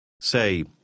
Say